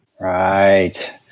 Right